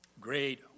great